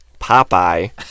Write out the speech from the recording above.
Popeye